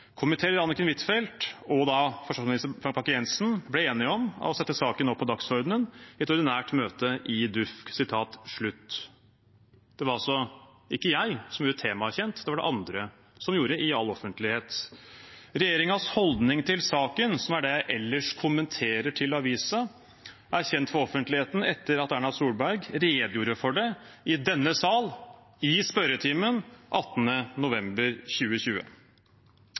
Anniken Huitfeldt og forsvarsminister Frank Bakke-Jensen ble tidligere denne uka enige om å sette saken opp på dagsordenen i et ordinært møte i DUUFK». Det var altså ikke jeg som gjorde temaet kjent. Det var det andre som gjorde, i all offentlighet. Regjeringens holdning til saken, som er det jeg ellers kommenterer til avisen, er kjent for offentligheten etter at Erna Solberg redegjorde for det i denne salen i spørretimen den 18. november 2020.